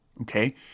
okay